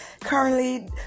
currently